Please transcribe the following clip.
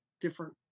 different